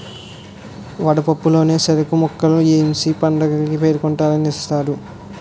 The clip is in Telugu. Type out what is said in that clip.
వడపప్పు లోన సెరుకు ముక్కలు ఏసి పండగకీ పేరంటాల్లకి ఇత్తారు